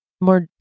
More